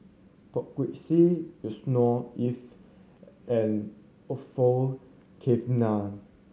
Poh Kay Swee Yusnor Ef and Orfeur Cavenagh